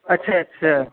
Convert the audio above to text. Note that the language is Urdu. اچھا اچھا